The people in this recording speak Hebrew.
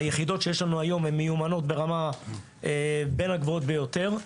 היחידות שיש לנו היום הן מיומנות ברמה בין הגבוהות ביותר.